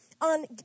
on